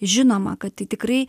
žinoma kad tikrai